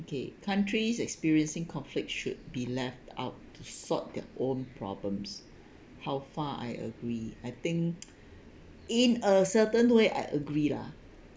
okay countries experiencing conflicts should be left out to solve their own problems how far I agree I think in a certain way I agree lah